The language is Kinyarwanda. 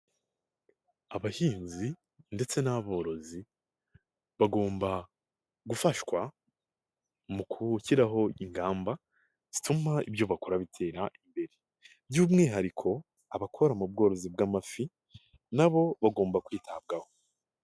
Abahinzi ndetse n'aborozi, bagomba gufashwa mu gushyiraho ingamba zituma ibyo bakora bitera imbere, by'umwihariko abakora mu bworozi bw'amafi, na bo bagomba kwitabwaho.